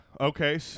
Okay